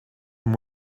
him